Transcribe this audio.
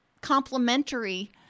Complementary